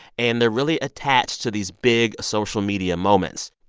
and they're really attached to these big social media moments.